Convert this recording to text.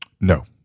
No